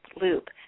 loop